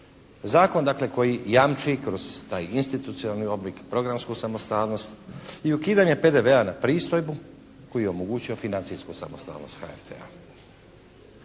dakle koji jamči kroz taj institucionalni oblik programsku samostalnost i ukidanje PDV-a na pristojbu koji omogućuje financijsku samostalnost HRT-a.